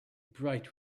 bright